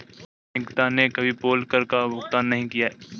निकिता ने कभी पोल कर का भुगतान नहीं किया है